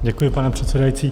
Děkuji, pane předsedající.